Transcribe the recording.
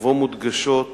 ובו מודגשות